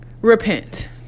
Repent